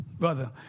Brother